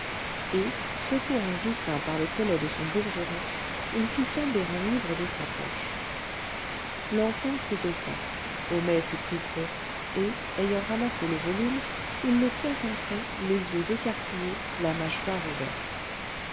et secouant justin par le collet de son bourgeron il fit tomber un livre de sa poche l'enfant se baissa homais fut plus prompt et ayant ramassé le volume il le contemplait les yeux écarquillés la mâchoire ouverte